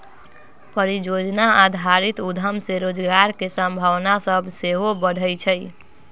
परिजोजना आधारित उद्यम से रोजगार के संभावना सभ सेहो बढ़इ छइ